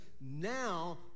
Now